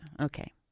okay